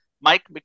Mike